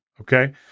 Okay